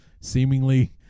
seemingly